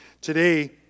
Today